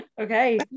Okay